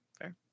Fair